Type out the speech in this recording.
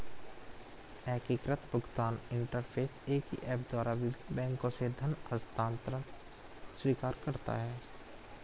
एकीकृत भुगतान इंटरफ़ेस एक ही ऐप द्वारा विभिन्न बैंकों से धन हस्तांतरण स्वीकार करता है